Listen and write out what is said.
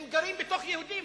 הם גרים בתוך יהודים,